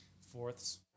fourths